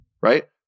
Right